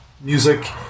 Music